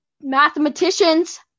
mathematicians